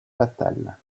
fatal